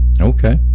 okay